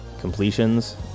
completions